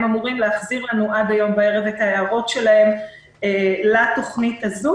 הם אמורים להחזיר לנו עד הערב את ההערות שלהם לתוכנית הזו